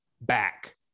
back